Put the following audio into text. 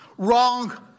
wrong